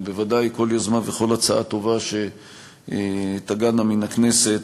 ובוודאי כל יוזמה וכל הצעה טובה שתגענה מן הכנסת,